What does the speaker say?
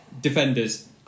Defenders